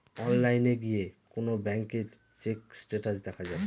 অনলাইনে গিয়ে কোন ব্যাঙ্কের চেক স্টেটাস দেখা যায়